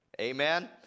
Amen